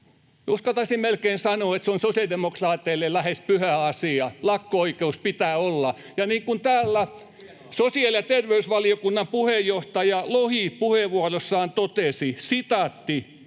uskaltaisin melkein sanoa, että se on sosiaalidemokraateille lähes pyhä asia. Lakko-oikeus pitää olla. [Perussuomalaisten ryhmästä: Hienoa!] Ja niin kuin täällä sosiaali- ja terveysvaliokunnan puheenjohtaja Lohi puheenvuorossaan totesi, ei estä